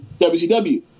WCW